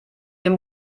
dem